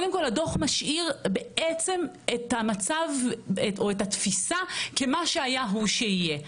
הדוח משאיר בעצם את התפיסה שמה שהיה הוא שיהיה.